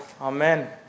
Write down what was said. Amen